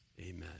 amen